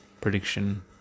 prediction